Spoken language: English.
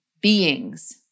beings